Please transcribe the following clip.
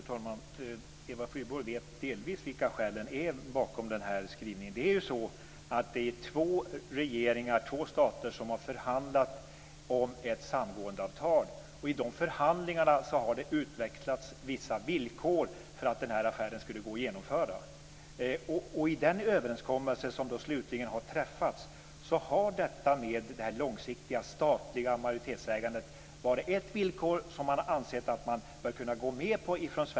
Fru talman! Eva Flyborg vet delvis vilka skälen är bakom den här skrivningen. Det är två regeringar, två stater, som har förhandlat om ett samgåendeavtal. I dessa förhandlingar har det utväxlats vissa villkor för att den här affären skulle gå att genomföra. I den överenskommelse som slutligen har träffats har det långsiktiga statliga majoritetsägandet varit ett villkor som Sverige har ansett att man bör kunna gå med på.